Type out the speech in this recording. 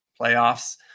playoffs